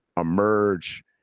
emerge